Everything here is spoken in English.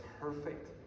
perfect